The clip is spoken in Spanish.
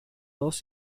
dos